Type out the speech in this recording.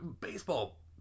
baseball